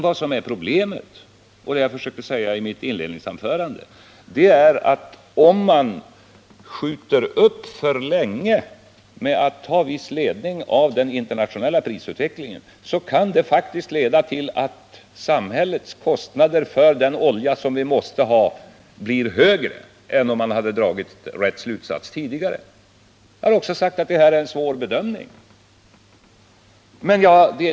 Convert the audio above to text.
Vad som är problemet, vilket jag har försökt säga i mitt inledningsanförande, är att om man skjuter upp för länge att låta den internationella prisutvecklingen vara till viss ledning, då kan det faktiskt leda till att samhällets kostnader för den olja vi måste ha blir högre än om man hade dragit rätt slutsats tidigare. Jag har också sagt att detta är en svår bedömning.